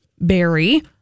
Barry